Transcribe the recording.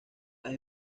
las